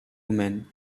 woman